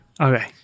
Okay